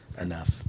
enough